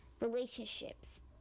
relationships